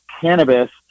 cannabis